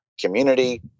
community